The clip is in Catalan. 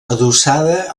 adossada